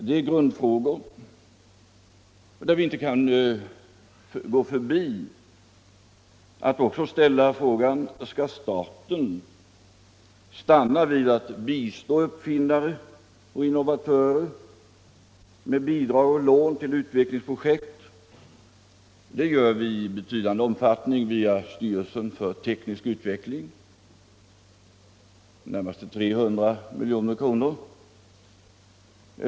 Det är grundfrågor i detta sammanhang och vi kan inte gå förbi dem utan att också ställa frågan: Skall staten stanna vid att bistå uppfinnare och innovatörer med bidrag och lån till utvecklingsprojekt? Det gör vi i betydande omfattning via styrelsen för teknisk utveckling med i det närmaste 300 milj.kr.